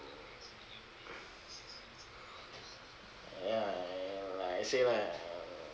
ya like I say lah